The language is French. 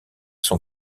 son